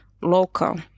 local